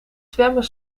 zwemmen